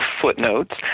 footnotes